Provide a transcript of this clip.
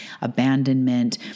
abandonment